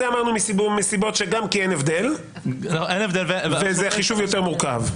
את זה אמרנו גם כי אין הבדל וזה חישוב יותר מורכב.